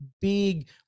big